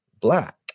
black